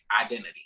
identity